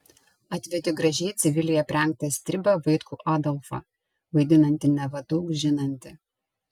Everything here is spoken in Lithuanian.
atvedė gražiai civiliai aprengtą stribą vaitkų adolfą vaidinantį neva daug žinantį